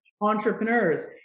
entrepreneurs